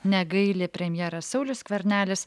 negaili premjeras saulius skvernelis